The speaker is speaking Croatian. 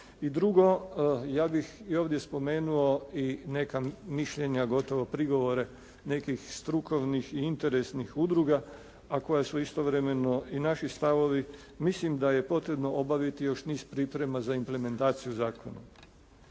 drugo, ja bih i ovdje spomenuo i neka mišljenja, gotovo prigovore nekih strukovnih i interesnih udruga a koja su istovremeno i naši stavovi. Mislim da je potrebno obaviti još niz priprema za implementaciju zakona.